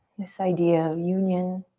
this idea of union.